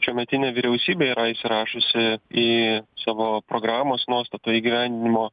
šiuometinė vyriausybė yra įsirašiusi į savo programos nuostatų įgyvendinimo